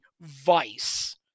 Vice